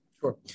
Sure